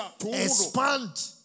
Expand